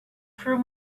from